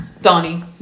Donnie